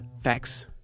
Facts